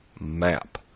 map